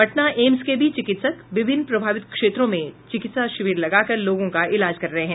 Patna AIIMS के भी चिकित्सक विभिन्न प्रभावित क्षेत्रों में चिकित्सा शिविर लगाकर लोगों का इलाज कर रहे हैं